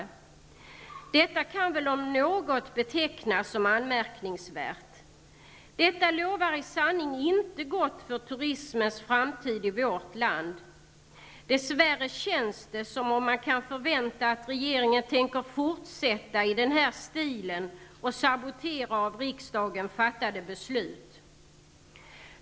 Detta kan väl om något betecknas som anmärkningsvärt. Det lovar i sanning inte gott för turismens framtid i vårt land. Dess värre känns det som om man kan förvänta att regeringen tänker fortsätta i den här stilen och sabotera av riksdagen fattade beslut.